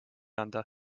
anda